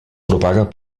propaga